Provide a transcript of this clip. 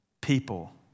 People